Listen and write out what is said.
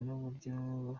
n’uburyo